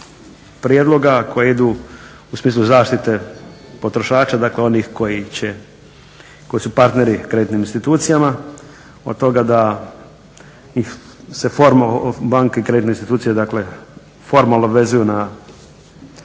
prijedloga koji idu u smislu zaštite potrošača, dakle, onih koji će, koji su partneri kreditnim institucijama. Od toga da ih se formalno, banke i kreditne institucije dakle formalno obvezuju na